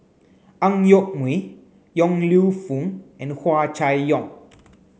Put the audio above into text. Ang Yoke Mooi Yong Lew Foong and Hua Chai Yong